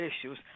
issues